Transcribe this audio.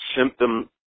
symptom